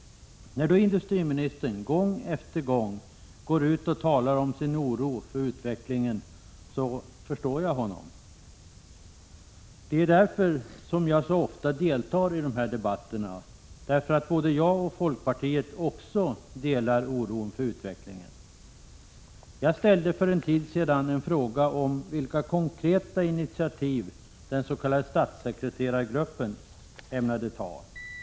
När då industriministern gång efter gång går ut och talar om sin oro för utvecklingen så förstår jag honom. Det är därför som jag så ofta deltar i dessa hänsyn inom alla ”politikområden” debatter — jag och övriga inom folkpartiet delar denna oro för utvecklingen. Jag ställde för en tid sedan en fråga om vilka konkreta initiativ den s.k. statssekreterargruppen ämnade ta.